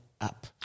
up